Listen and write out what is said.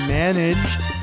managed